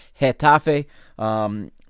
Hetafe